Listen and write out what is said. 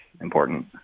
important